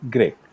Great